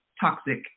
Toxic